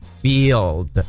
Field